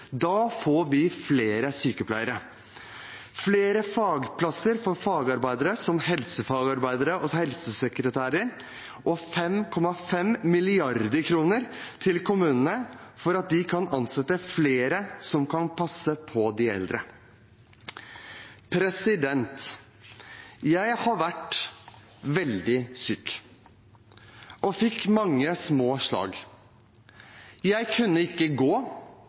da får vi flere sykepleiere flere fagplasser for fagarbeidere, som helsefagarbeidere og helsesekretærer 5,5 mrd. kr til kommunene for at de kan ansette flere som kan passe på de eldre Jeg har vært veldig syk og fikk mange små slag. Jeg kunne ikke gå,